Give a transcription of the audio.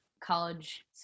college